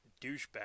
douchebag